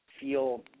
feel